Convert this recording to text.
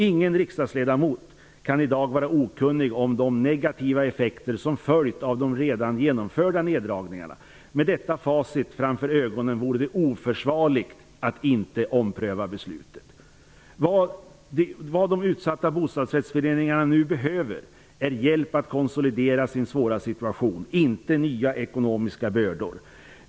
Ingen riksdagsledamot kan i dag vara okunnig om de negativa effekter som följt av de redan genomförda neddragningarna. Med detta facit framför ögonen vore det oförsvarligt att inte ompröva beslutet. Vad de utsatta bostadsrättsföreningarna nu behöver är hjälp att konsolidera sin svåra situation, inte nya ekonomiska bördor.